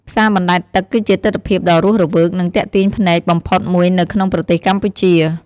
ផ្សារបណ្តែតទឹកគឺជាទិដ្ឋភាពដ៏រស់រវើក និងទាក់ទាញភ្នែកបំផុតមួយនៅក្នុងប្រទេសកម្ពុជា។